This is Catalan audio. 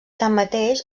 tanmateix